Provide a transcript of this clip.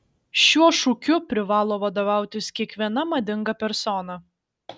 šiuo šūkiu privalo vadovautis kiekviena madinga persona